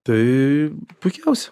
tai puikiausiai